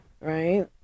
right